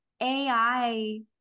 ai